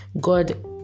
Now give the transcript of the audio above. God